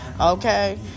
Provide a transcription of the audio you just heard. okay